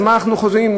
אז מה אנחנו רוצים,